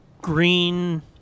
green